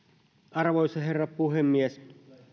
arvoisa herra puhemies